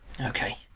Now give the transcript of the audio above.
Okay